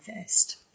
first